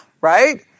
right